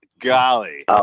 golly